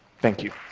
thank you.